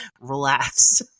Relax